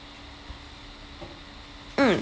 mm